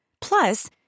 Plus